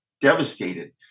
devastated